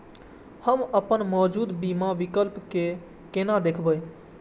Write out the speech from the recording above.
हम अपन मौजूद बीमा विकल्प के केना देखब?